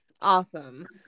awesome